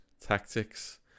tactics